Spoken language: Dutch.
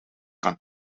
kan